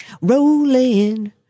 Rolling